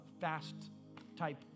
fast-type